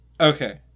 Okay